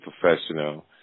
professional